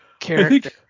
Character